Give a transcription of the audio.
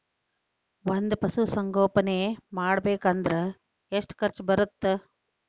ಒಂದ್ ಪಶುಸಂಗೋಪನೆ ಮಾಡ್ಬೇಕ್ ಅಂದ್ರ ಎಷ್ಟ ಖರ್ಚ್ ಬರತ್ತ?